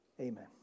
Amen